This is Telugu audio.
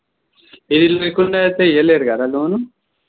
ఇది లేకుండా అయితే ఇవ్వలేరు కదా లోను